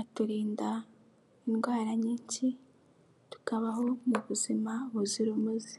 aturinda indwara nyinshi tukabaho mu buzima buzira umuze.